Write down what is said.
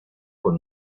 con